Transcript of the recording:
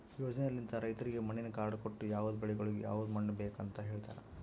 ಯೋಜನೆಲಿಂತ್ ರೈತುರಿಗ್ ಮಣ್ಣಿನ ಕಾರ್ಡ್ ಕೊಟ್ಟು ಯವದ್ ಬೆಳಿಗೊಳಿಗ್ ಯವದ್ ಮಣ್ಣ ಬೇಕ್ ಅಂತ್ ಹೇಳತಾರ್